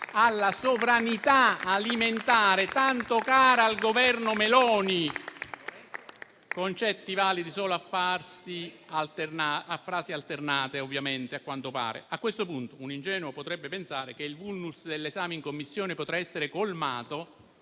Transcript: alla sovranità alimentare tanto cara al Governo Meloni, concetti validi solo a fasi alternate a quanto pare. A questo punto, un ingenuo potrebbe pensare che il *vulnus* dell'esame in Commissione potrà essere colmato